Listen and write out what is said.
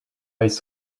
ice